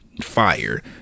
fire